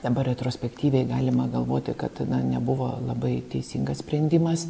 dabar retrospektyviai galima galvoti kad na nebuvo labai teisingas sprendimas